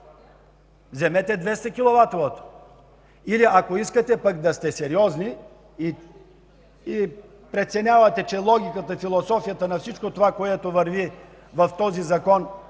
Вземете 200 киловата! Или ако искате пък да сте сериозни и преценявате, че логиката, философията – всичко, което върви в този закон,